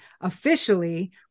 officially